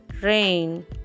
rain